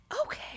okay